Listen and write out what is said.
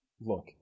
Look